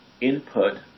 input